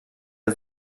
der